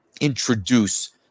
introduce